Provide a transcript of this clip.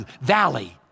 valley